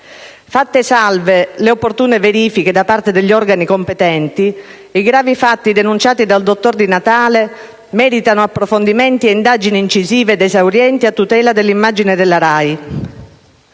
Fatte salve le opportune verifiche da parte degli organi competenti, i gravi fatti denunciati dal dottor Di Natale meritano approfondimenti e indagini incisive ed esaurienti a tutela dell'immagine della RAI.